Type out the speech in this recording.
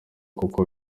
kuko